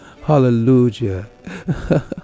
Hallelujah